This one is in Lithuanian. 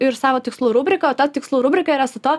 ir savo tikslų rubriką o ta tikslų rubrika yra su to